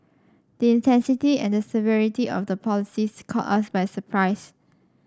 the intensity and the severity of the policies caught us by surprise